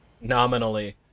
Nominally